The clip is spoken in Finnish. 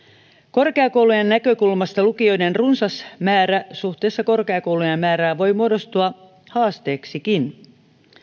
korkeakoulujen näkökulmasta lukioiden runsas määrä suhteessa korkeakoulujen määrään voi muodostua haasteeksikin